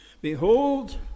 Behold